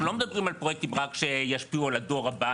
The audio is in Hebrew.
אנחנו לא מדברים על פרויקטים רק שישפיעו על הדור הבא.